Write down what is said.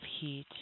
heat